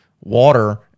water